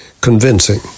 convincing